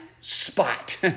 spot